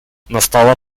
настала